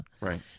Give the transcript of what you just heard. Right